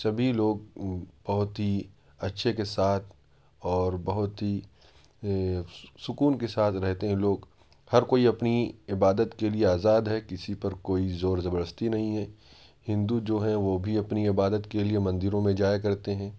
سبھی لوگ بہت ہی اچھے کے ساتھ اور بہت ہی سکون کے ساتھ رہتے ہیں لوگ ہر کوئی اپنی عبادت کے لیے آزاد ہے کسی پر کوئی زور زبردستی نہیں ہے ہندو جو ہیں وہ بھی اپنی عبادت کے لیے مندروں میں جایا کرتے ہیں